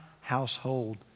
household